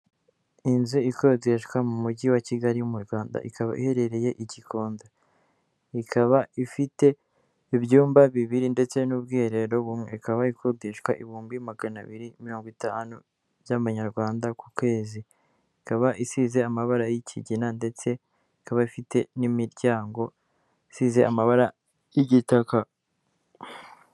Inzu ikodeshwa mu mujyi wa Kigali mu Rwanda ikaba iherereye i Gikondo, ikaba ifite ibyumba bibiri ndetse n'ubwiherero bumwe, ikaba ikodeshwa ibihumbi magana abiri mirongo itanu by'amanyarwanda ku kwezi, ikaba isize amabara y'ikigina ndetse ikaba ifite n'imiryango isize amabara y'igitaka.